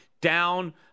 down